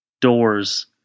doors